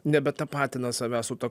nebetapatina savęs su ta